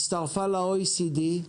הצטרפה ל-OECD,